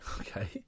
Okay